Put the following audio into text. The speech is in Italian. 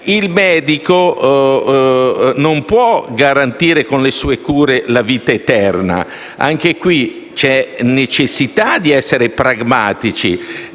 Il medico non può garantire con le sue cure la vita eterna. Anche in questo caso c'è necessità di essere pragmatici